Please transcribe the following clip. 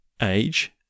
age